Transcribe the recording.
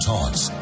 Talks